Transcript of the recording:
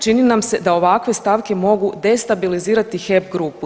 Čini nam se da ovakve stavke mogu destabilizirati HEP grupu.